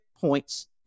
points